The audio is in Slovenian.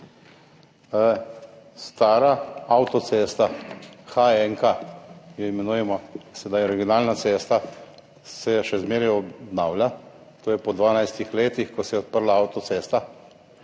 Stara avtocesta, H1 jo imenujemo, sedaj je regionalna cesta, se še zmeraj obnavlja. To je po 12 letih, odkar se je odprla avtocesta.